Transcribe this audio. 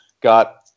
Got